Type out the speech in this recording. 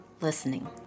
listening